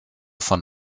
von